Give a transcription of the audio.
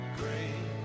great